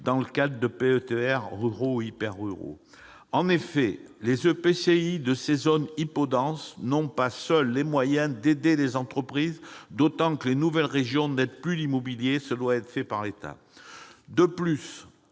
dans le cadre des PETR ruraux ou hyper-ruraux. En effet, les EPCI de ces zones hypo-denses n'ont pas, seuls, les moyens de soutenir les entreprises, d'autant que les nouvelles régions n'aident plus l'immobilier d'entreprise. Cet